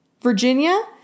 Virginia